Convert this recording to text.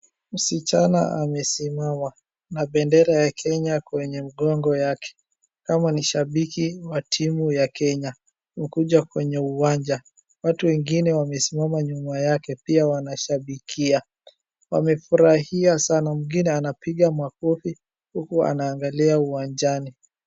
Msichana amesimama na bendera ya Kenya kwenye mgongo yake, kama ni shabiki wa timu ya Kenya hukuja kwenye uwanja, watu wengine wamesimama nyuma yake pia wanashabikia. Wamefurahia sana, mwingine anapiga makofi huku ameangalia uwanjani.